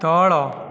ତଳ